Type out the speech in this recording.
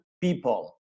people